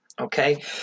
Okay